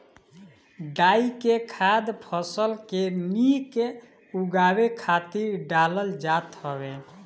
डाई के खाद फसल के निक उगावे खातिर डालल जात हवे